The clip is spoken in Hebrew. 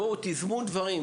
תיזמו דברים,